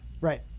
Right